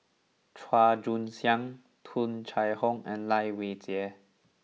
Chua Joon Siang Tung Chye Hong and Lai Weijie